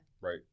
right